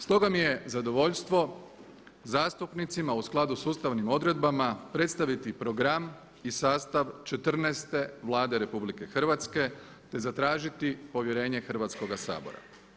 Stoga mi je zadovoljstvo zastupnicima u skladu sa ustavnim odredbama predstaviti program i sastav 14 Vlade RH, te zatražiti povjerenje Hrvatskoga sabora.